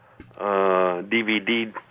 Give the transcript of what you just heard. DVD